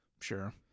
Sure